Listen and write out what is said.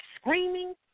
screaming